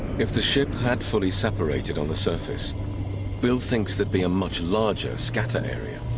if the ship had fully separated on the surface bill thinks that be a much larger scattering area